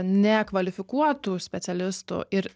nekvalifikuotų specialistų ir